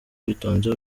uwitonze